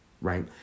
right